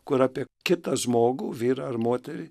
kur apie kitą žmogų vyrą ar moterį